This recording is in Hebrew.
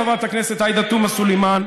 חברת הכנסת עאידה תומא סלימאן,